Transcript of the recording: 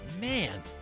Man